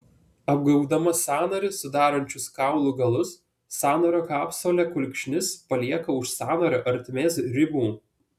apgaubdama sąnarį sudarančius kaulų galus sąnario kapsulė kulkšnis palieka už sąnario ertmės ribų